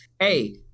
hey